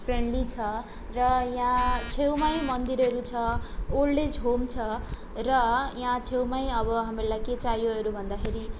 friendly छ र यहाँ छेउमै मन्दिरहरू छ ओल्ड एज होम छ र यहाँ छेउमै अब हामीहरूलाई के चाहियोहरू भन्दाखेरि